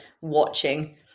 watching